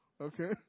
okay